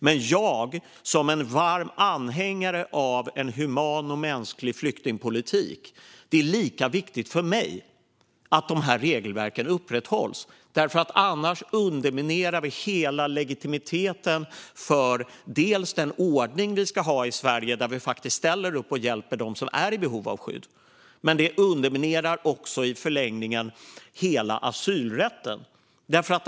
Men det är lika viktigt för mig som en varm anhängare av en human och mänsklig flyktingpolitik att regelverken upprätthålls. Annars underminerar vi hela legitimiteten för den ordning vi ska ha i Sverige där vi ställer upp och hjälper dem som är i behov av skydd. Det underminerar också i förlängningen hela asylrätten.